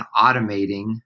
automating